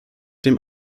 dem